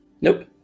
Nope